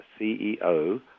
CEO